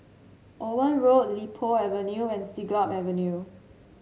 Owen Road Li Po Avenue and Siglap Avenue